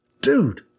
Dude